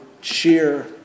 cheer